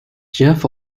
geoff